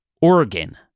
Oregon